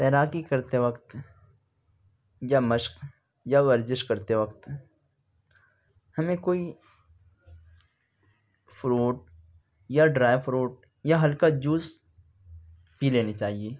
تیراکی کرتے وقت یا مشق یا ورزش کرتے وقت ہمیں کوئی فروٹ یا ڈرائی فروٹ یا ہلکا جوس پی لینی چاہیے